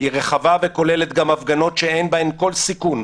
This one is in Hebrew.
היא רחבה וכוללת גם הפגנות שאין בהן כל סיכון,